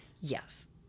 Yes